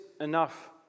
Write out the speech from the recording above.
enough